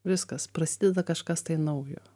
viskas prasideda kažkas tai naujo